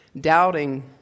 doubting